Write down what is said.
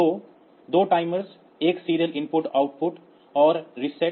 तो 2 timers 1 serial input output और reset